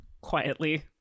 quietly